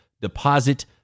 deposit